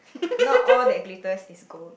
not all that glitters is gold